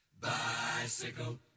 Bicycle